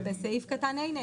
זה נאמר בסעיף קטן (ה).